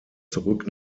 zurück